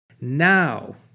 Now